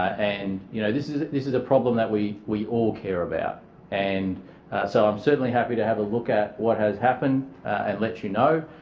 and you know this is this is a problem that we we all care about and so i'm certainly happy to have a look at what has happened and let you know.